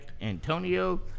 Antonio